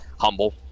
humble